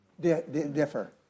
differ